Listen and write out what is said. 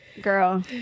Girl